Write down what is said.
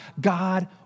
God